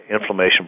inflammation